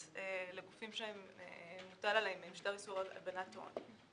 לגופים שמוטל עליהם משטר איסור הלבנת הון.